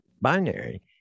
binary